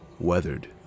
weathered